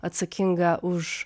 atsakingą už